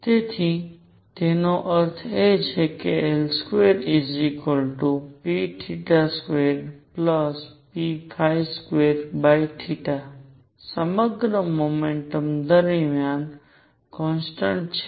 તેથી તેનો અર્થ એ છે કે L2p2p2 સમગ્ર મોમેન્ટ દરમિયાન કોન્સટન્ટ છે